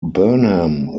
burnham